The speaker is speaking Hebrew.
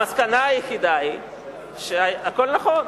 המסקנה היחידה היא שהכול נכון.